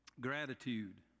Gratitude